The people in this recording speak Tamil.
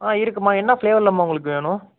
ஆ இருக்கும்மா என்ன ஃப்ளேவர்லம்மா உங்களுக்கு வேணும்